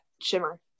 shimmer